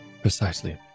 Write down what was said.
Precisely